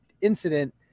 incident